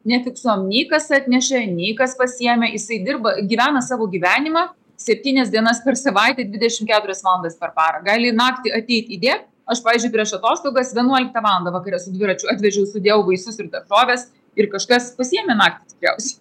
nefiksuojam nei kas atnešė nei kas pasiėmė jisai dirba gyvena savo gyvenimą septynias dienas per savaitę dvidešimt keturias valandas per parą gali naktį ateit įdėt aš pavyzdžiui prieš atostogas vienuoliktą valandą vakare su dviračiu atvežiau sudėjau vaisus ir daržoves ir kažkas pasiėmė naktį tikriausiai